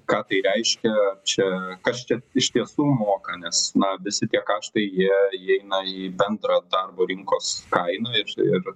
ką tai reiškia čia kas čia iš tiesų moka nes na visi tie karštai jie įeina į bendrą darbo rinkos kainų ir ir